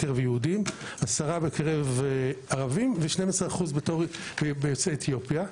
כ-10% בקרב המגזר הערבי וכ-12% בקרב יוצאי אתיופיה.